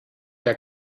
der